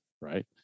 right